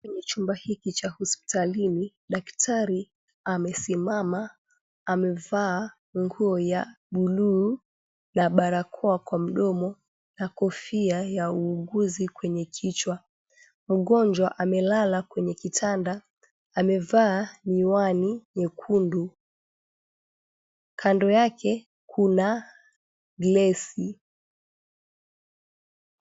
Kwenye chumba hiki cha hospitalini, daktari amesimama amevaa nguo ya bluu na barakoa kwa mdomo na kofia ya uuguzi kwenye kichwa. Mgonjwa amelala kwenye kitanda amevaa miwani nyekundu. Kando yako kuna glesi.